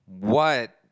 why